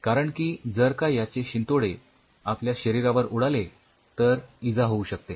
कारण की जर का याचे शिंतोडे आपल्या शरीरावर उडाले तर इजा होऊ शकते